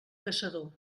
caçador